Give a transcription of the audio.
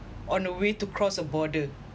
on the way to cross the border